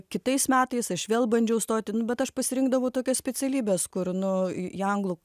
kitais metais aš vėl bandžiau stoti nu bet aš pasirinkdavau tokias specialybes kur nu į anglų